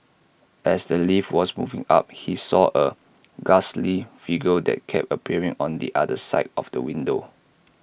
as the lift was moving up he saw A ghastly figure that kept appearing on the other side of the window